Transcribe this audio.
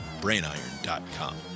brainiron.com